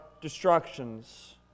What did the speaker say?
destructions